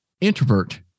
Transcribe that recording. introvert